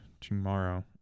tomorrow